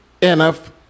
enough